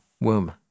womb